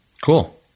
Cool